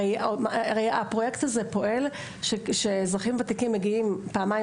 הרי הפרויקט הזה פועל כשאזרחים ותיקים מגיעים פעמיים